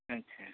अच्छा